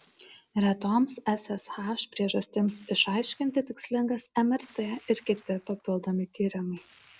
retoms ssh priežastims išaiškinti tikslingas mrt ir kiti papildomi tyrimai